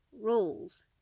rules